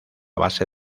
base